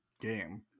game